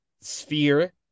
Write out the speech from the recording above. sphere